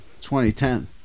2010